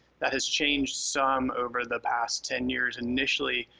that has changed some over the past ten years. initially,